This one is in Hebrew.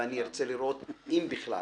ואני ארצה לראות אם בכלל